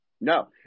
No